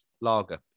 lager